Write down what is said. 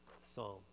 Psalm